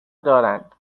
دارند